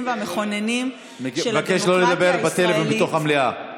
והמכוננים של הדמוקרטיה הישראלית,